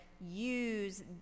use